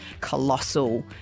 colossal